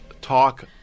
talk